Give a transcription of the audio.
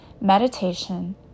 meditation